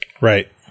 Right